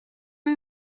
mae